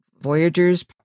Voyagers